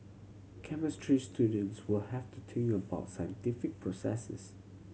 chemistry students will have to think about scientific processes